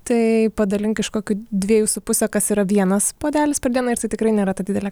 tai padalink iš kokių dviejų su puse kas yra vienas puodelis per dieną ir jisai tikrai nėra ta didelė